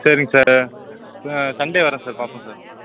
சரிங்க sir Sunday வரேன் sir பார்ப்போம் சார்